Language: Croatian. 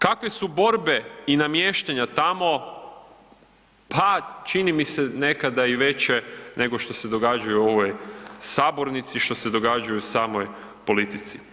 Kakve su borbe i namještanja tamo, pa čini mi se nekada i veće nego što se događaju u ovoj sabornici, što se događaju u samoj politici.